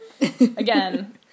again